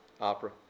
Opera